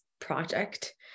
project